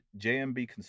JMB